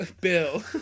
Bill